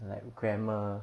like grammar